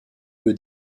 peu